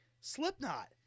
Slipknot